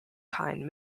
kind